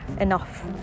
enough